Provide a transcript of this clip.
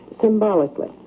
symbolically